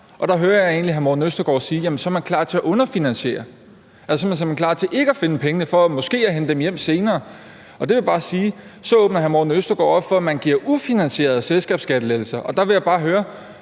Der hører jeg egentlig hr. Morten Østergaard sige, at man så er klar til at underfinansiere. Så er man simpelt hen klar til ikke at finde pengene for måske at hente dem hjem senere. Til det vil jeg bare sige, at så åbner hr. Morten Østergaard op for, at man giver ufinansierede selskabsskattelettelser, og der vil jeg bare høre: